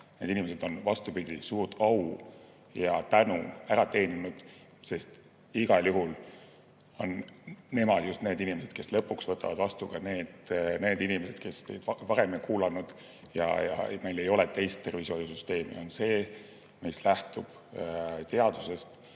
Need inimesed on, vastupidi, suure au ja tänu ära teeninud, sest igal juhul on nemad just need inimesed, kes lõpuks võtavad vastu ka need inimesed, kes neid varem ei kuulanud. Meil ei ole teist tervishoiusüsteemi, on see, mis lähtub teadusest,